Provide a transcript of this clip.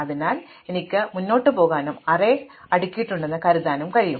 അതിനാൽ എനിക്ക് മുന്നോട്ട് പോകാനും അറേ അടുക്കിയിട്ടുണ്ടെന്ന് കരുതാനും കഴിയും